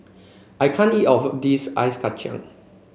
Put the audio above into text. I can't eat all of this Ice Kacang